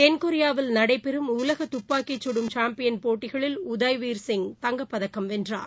தென்கொரியாவில் நடைபெறும் உலக துப்பாக்கி சுடும் சாம்பியன் போட்டிகளில் உதய்வீர் சிங் தங்கப்பதக்கம் வென்றார்